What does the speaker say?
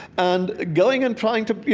and going and trying to, you